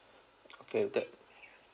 okay that